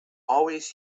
always